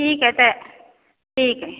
ठीक है ते ठीक है